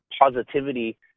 positivity